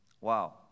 Wow